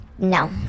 No